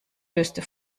döste